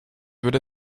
würde